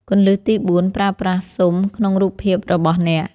គន្លឹះទី៤ ប្រើប្រាស់ស៊ុមក្នុងរូបភាពរបស់អ្នក ។